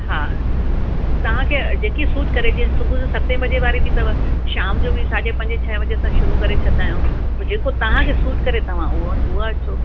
हा तव्हांखे जेकी सूट करे जीअं सुबुह जो सते बजे वारी बि अथव शाम जो बि पंजे साढे पंजे छहे बजे असां शुरू करे छडींदा आहियूं पोइ जेको तव्हांखे सूट करे तव्हां हूव उव अचो